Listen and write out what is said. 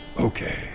Okay